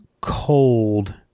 cold